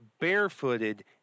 barefooted